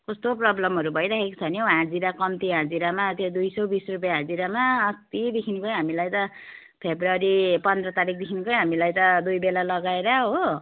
कस्तो प्रबल्महरू भइराखेको छ नि हौ हाजिरा कम्ती हाजिरामा त्यो दुई सौ बिस रुपियाँ हाजिरामा अस्तिदेखिको हामीलाई त फब्रुअरी पन्ध्र तारिखदेखिकै हामीलाई त दुई बेला लगाएर हो